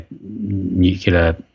nuclear